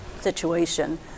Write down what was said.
situation